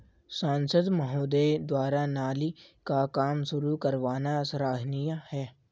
सांसद महोदय द्वारा नाली का काम शुरू करवाना सराहनीय है